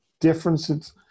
differences